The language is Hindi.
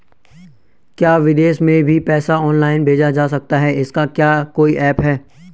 क्या विदेश में भी पैसा ऑनलाइन भेजा जा सकता है इसका क्या कोई ऐप है?